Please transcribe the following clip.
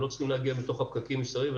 הם לא צריכים להגיע מתוך הפקקים מסביב,